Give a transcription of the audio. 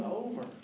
over